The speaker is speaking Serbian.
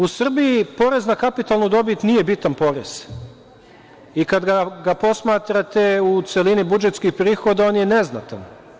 U Srbiji, porez na kapitalnu dobit nije bitan porez i kada ga posmatrate u celini budžetskih prihoda, on je neznatan.